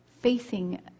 facing